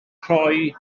rhoi